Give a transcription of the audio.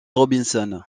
robinson